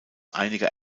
einiger